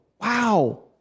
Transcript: Wow